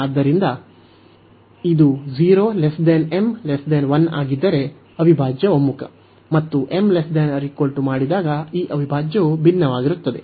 ಆದ್ದರಿಂದ ಇದು 0 m 1 ಆಗಿದ್ದರೆ ಅವಿಭಾಜ್ಯ ಒಮ್ಮುಖ ಮತ್ತು m≤0 ಮಾಡಿದಾಗ ಈ ಅವಿಭಾಜ್ಯವು ಭಿನ್ನವಾಗಿರುತ್ತದೆ